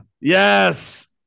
Yes